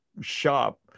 shop